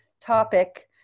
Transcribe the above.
topic